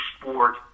sport